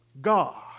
God